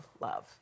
love